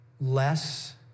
less